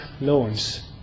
loans